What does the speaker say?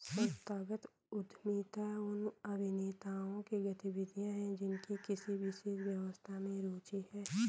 संस्थागत उद्यमिता उन अभिनेताओं की गतिविधियाँ हैं जिनकी किसी विशेष व्यवस्था में रुचि है